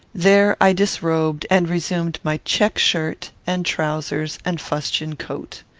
there i disrobed, and resumed my check shirt, and trowsers, and fustian coat.